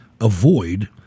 avoid